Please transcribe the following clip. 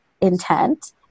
intent